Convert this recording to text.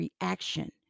reaction